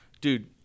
Dude